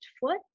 foot